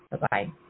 Bye-bye